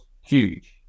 huge